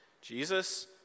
Jesus